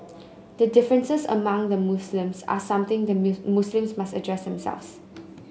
the differences among the Muslims are something the Muslims must address themselves